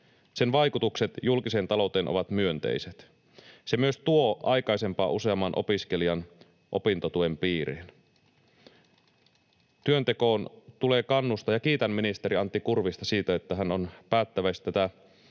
sen vaikutukset julkiseen talouteen ovat myönteiset. Se myös tuo aikaisempaa useamman opiskelijan opintotuen piiriin. Työntekoon tulee kannustaa, ja kiitän ministeri Antti Kurvista siitä, että hän on päättäväisesti tätä